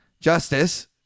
Justice